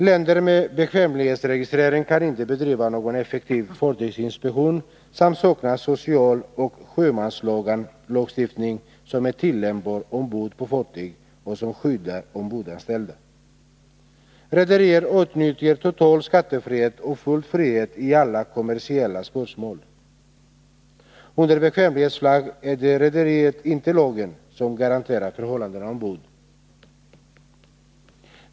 Länder med bekvämlighetsregistrering kan inte bedriva någon effektiv fartygsinspektion samt saknar socialoch sjömanslagstiftning som är tillämpbar ombord på fartyg och som skyddar ombordanställda. Rederiet åtnjuter total skattefrihet och full frihet i alla kommersiella spörsmål. På fartyg under bekvämlighetsflagg är det rederiet, inte lagen, som garanterar förhållandena ombord.